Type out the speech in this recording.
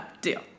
deal